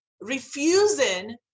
refusing